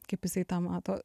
kaip jisai tą mato